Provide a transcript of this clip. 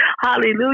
Hallelujah